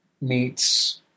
meets